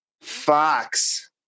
fox